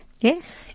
Yes